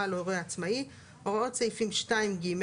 על הורה עצמאי" 4א. הוראות סעיפים 2 (ג),